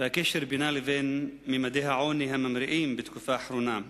ועל הקשר בינה לבין ממדי העוני הממריאים בתקופה האחרונה.